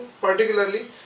particularly